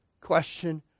question